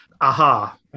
Aha